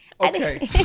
okay